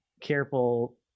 careful